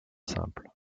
simples